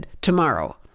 Tomorrow